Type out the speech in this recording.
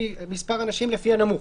מספר אנשים לפי הנמוך,